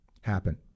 happen